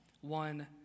one